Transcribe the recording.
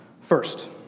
First